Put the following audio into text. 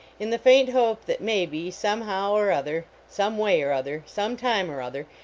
in the faint hope that may be, some how or other, some way or other, some time or other,